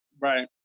right